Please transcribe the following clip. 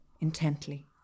intently